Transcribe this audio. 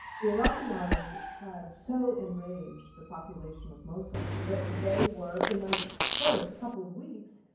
the iraqi army had so enraged the population of mosul that they were in those first couple of weeks,